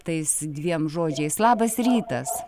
tais dviem žodžiais labas rytas